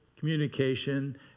communication